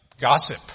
gossip